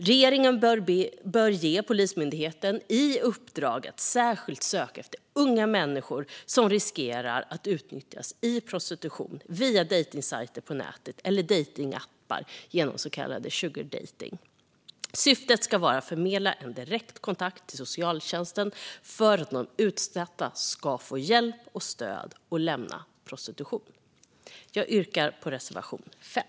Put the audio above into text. Regeringen bör ge Polismyndigheten i uppdrag att särskilt söka efter unga människor som riskerar att utnyttjas i prostitution via dejtningssidor på nätet eller dejtningsappar genom så kallad sugardejtning. Syftet ska vara att förmedla direkt kontakt med socialtjänsten för att de utsatta ska få hjälp och stöd att lämna prostitutionen. Jag yrkar bifall till reservation 5.